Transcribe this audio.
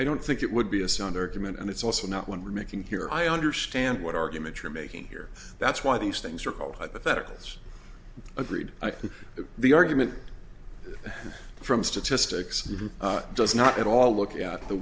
i don't think it would be a sound argument and it's also not one we're making here i understand what argument you're making here that's why these things are called hypotheticals agreed i think that the argument from statistics does not at all look at the